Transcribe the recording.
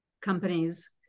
companies